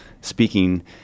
speaking